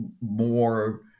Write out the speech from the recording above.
more